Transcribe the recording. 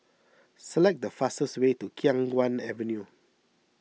select the fastest way to Khiang Guan Avenue